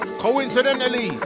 coincidentally